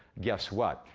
guess what?